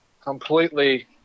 completely